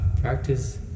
Practice